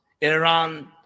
Iran